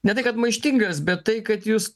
ne tai kad maištingas bet tai kad jūs